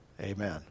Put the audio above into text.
amen